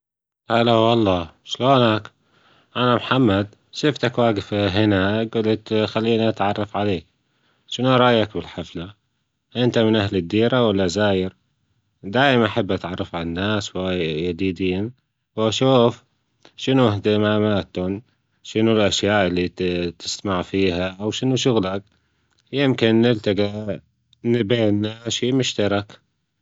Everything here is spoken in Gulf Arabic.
هلا ولله أيش لونك أنا محمد شوفتك واجف هناك جولت خلينى أتعرف عليك شون رئيك بالحفلة أنت من أهل ألديرة ولا زاير دايم أحاول اتعرف علي ألناس ألجديدين وأشوف شون أهتمامتهم شون ألاشياء ألتى تصنع فيها أو شو شغلك يمكن نلتجا بينا شئ مشترك